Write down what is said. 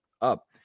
up